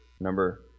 number